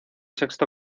sexto